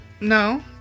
No